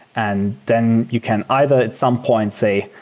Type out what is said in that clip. and then you can either at some point say,